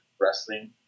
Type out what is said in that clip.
wrestling